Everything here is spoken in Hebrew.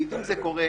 לעיתים זה קורה,